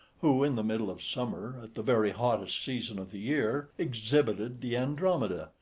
who, in the middle of summer, at the very hottest season of the year, exhibited the andromeda,